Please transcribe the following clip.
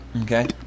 Okay